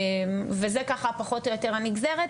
וזה ככה פחות או יותר הנגזרת,